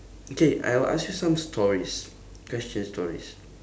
okay I will ask you some stories question stories